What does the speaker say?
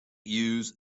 use